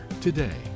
today